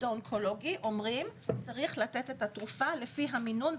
האונקולוגי אומרים שצריך לתת את התרופה לפי המינון,